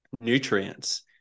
nutrients